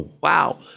Wow